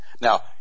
Now